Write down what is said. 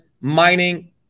mining